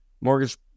Mortgage